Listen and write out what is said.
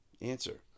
Answer